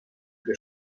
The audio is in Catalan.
que